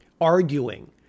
arguing